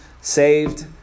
saved